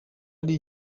ari